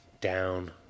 Down